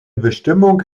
bestimmung